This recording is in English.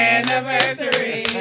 anniversary